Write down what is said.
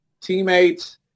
teammates